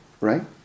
right